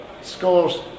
scores